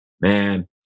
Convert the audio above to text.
man